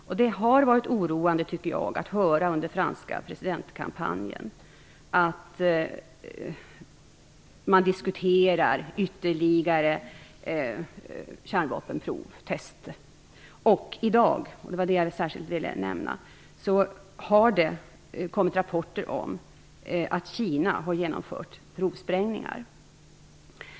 Jag tycker att det är oroande att höra att man under den franska presidentvalskampanjen diskuterat ytterligare kärnvapentester. I dag, och det var det jag särskilt ville nämna, har det kommit rapporter om att Kina har genomfört provsprängningar.